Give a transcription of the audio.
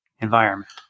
environment